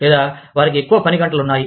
లేదా వారికి ఎక్కువ పని గంటలు ఉన్నాయి